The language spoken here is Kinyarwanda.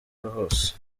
hose